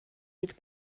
mit